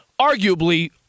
Arguably